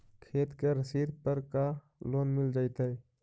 खेत के रसिद पर का लोन मिल जइतै?